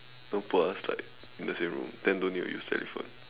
don't put us like in the same room then don't need to use telephone